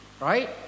Right